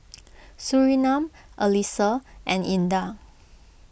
Surinam Alyssa and Indah